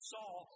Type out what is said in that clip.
Saul